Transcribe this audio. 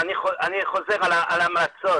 אני חוזר על ההמלצות.